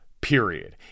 period